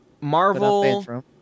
Marvel